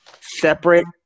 separate